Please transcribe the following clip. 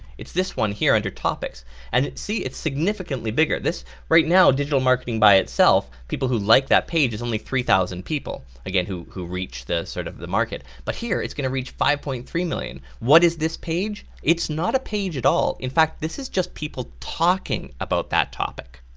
it's this one here under topics and see it's significantly bigger. right now digital marketing by itself people who like that page is only three thousand people again who who reached the sort of the market, but here it's going to reach five point three million. what is this page? it's not a page at all. in fact this is just people talking about that topic.